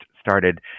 started